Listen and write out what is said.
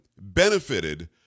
benefited